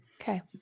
Okay